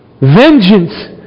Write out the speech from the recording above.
vengeance